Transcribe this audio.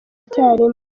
icyarimwe